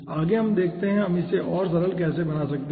आगे देखते हैं हम इसे और कैसे सरल बना सकते हैं